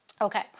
Okay